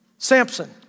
Samson